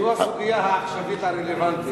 זו הסוגיה העכשווית הרלוונטית,